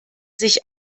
sich